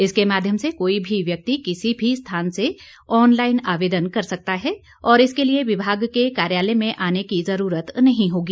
इसके माध्यम से कोई भी व्यक्ति किसी भी स्थान से ऑनलाइन आवेदन कर सकता है और इसके लिए विभाग के कार्यालय में आने की जुरूरत नहीं होगी